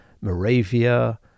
Moravia